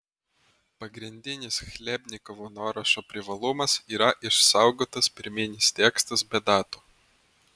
pagrindinis chlebnikovo nuorašo privalumas yra išsaugotas pirminis tekstas be datų